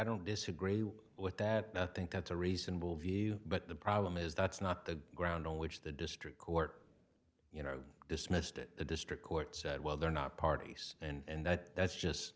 don't disagree with that i think that's a reasonable view but the problem is that's not the ground on which the district court you know dismissed it the district court said well they're not parties and that that's just